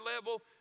level